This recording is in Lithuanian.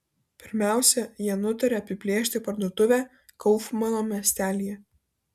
pirmiausia jie nutarė apiplėšti parduotuvę kaufmano miestelyje